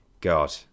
God